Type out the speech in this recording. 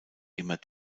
immer